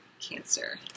Cancer